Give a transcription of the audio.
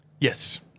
yes